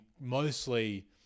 mostly